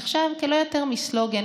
נחשב כלא יותר מסלוגן,